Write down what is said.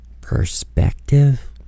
perspective